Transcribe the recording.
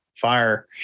fire